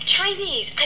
Chinese